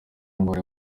intwaro